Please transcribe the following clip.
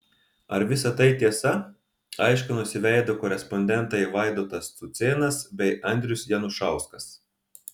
ar visa tai tiesa aiškinosi veido korespondentai vaidotas cucėnas bei andrius janušauskas